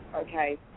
okay